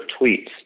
tweets